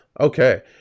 Okay